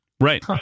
right